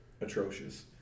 atrocious